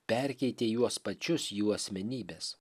perkeitė juos pačius jų asmenybes